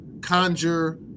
conjure